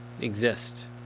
exist